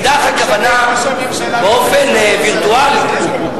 אקדח, הכוונה, באופן וירטואלי.